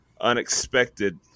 unexpected